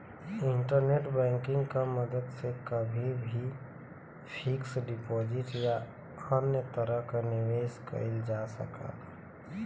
internet banking क मदद से कभी भी फिक्स्ड डिपाजिट या अन्य तरह क निवेश कइल जा सकल जाला